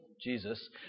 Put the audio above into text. Jesus